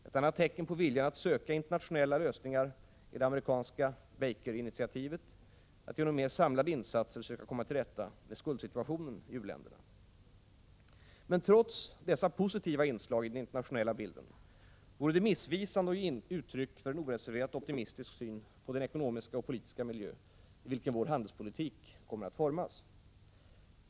Ett annat tecken på viljan att söka internationella lösningar är det amerikanska Baker-initiativet att genom mer samlade insatser söka komma till rätta med skuldsituationen i u-länderna. Trots dessa positiva inslag i den internationella bilden vore det missvisande att ge uttryck för en oreserverat optimistisk syn på den ekonomiska och politiska miljö i vilken vår handelspolitik kommer att formas.